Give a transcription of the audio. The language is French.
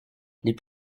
les